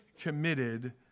committed